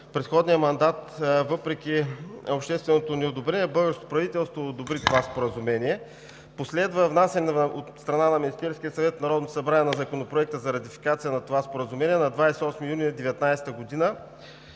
предходния мандат, въпреки общественото неодобрение, българското правителство одобри това споразумение. Последва внасяне от страна на Министерския съвет в Народното събрание на Законопроекта за ратификация на това споразумение на 28 юни 2019 г.